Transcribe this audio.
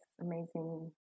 amazing